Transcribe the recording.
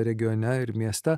regione ir mieste